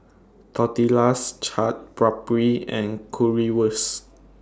Tortillas Chaat Papri and Currywurst